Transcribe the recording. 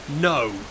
No